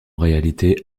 réalité